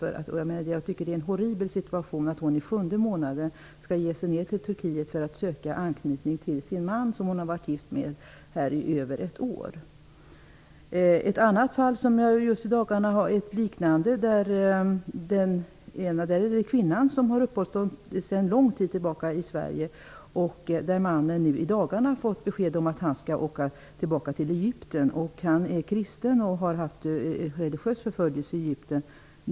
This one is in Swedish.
Jag tycker att det är en horribel situation att hon i sjunde månaden skall ge sig i väg till Turkiet för att söka uppehållstillstånd och visa anknytning till den man hon har varit gift med i över ett år. Jag känner till ett liknande fall. Där har kvinnan uppehållstillstånd sedan lång tid tillbaka i Sverige. Mannen har i dagarna fått besked om att han måste åka tillbaka till Egypten. Han är kristen, och har förföljts i Egypten av religiösa skäl.